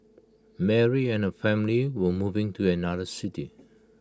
Mary and her family were moving to another city